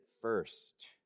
first